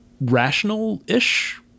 rational-ish